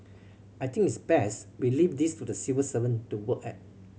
I think it's best we leave this to the civil servant to work at